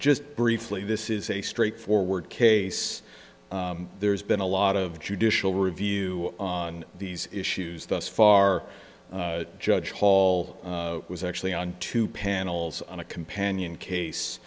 just briefly this is a straightforward case there's been a lot of judicial review on these issues thus far judge hall was actually on two panels on a companion case